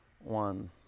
One